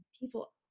people